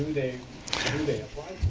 they they apply